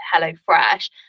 HelloFresh